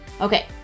Okay